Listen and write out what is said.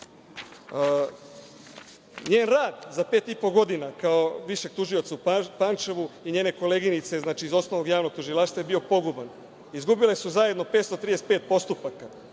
rad za pet i po godina kao višeg tužioca u Pančevu i njene koleginice iz Osnovnog javnog tužilaštva je bio poguban. Izgubile su zajedno 535 postupaka